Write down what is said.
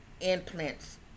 implants